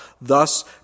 thus